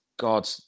God